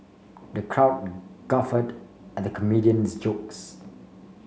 the crowd guffawed at the comedian's jokes